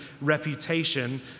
reputation